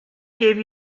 gave